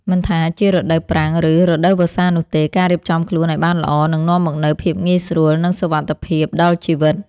មិនថាជារដូវប្រាំង ឬរដូវវស្សានោះទេ ការរៀបចំខ្លួនឱ្យបានល្អនឹងនាំមកនូវភាពងាយស្រួល និងសុវត្ថិភាពដល់ជីវិត។